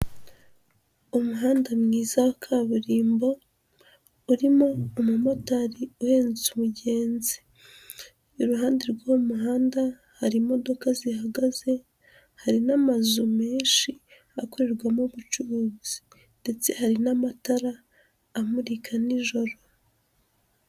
Umuhanda mwiza wa kaburimbo, urimo umumotari uhetse umugenzi, iruhande rw'umuhanda hari imodoka zihagaze, hari n'amazu menshi akorerwamo ubucuruzi, ndetse hari n'amatara amurika nijoro.